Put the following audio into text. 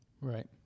Right